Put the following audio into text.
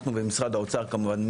אנחנו ומשרד האוצר כמובן,